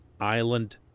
island